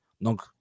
Donc